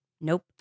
Nope